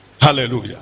Hallelujah